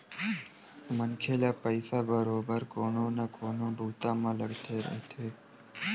मनखे ल पइसा बरोबर कोनो न कोनो बूता म लगथे रहिथे